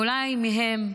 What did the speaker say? ואולי מהם,